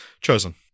chosen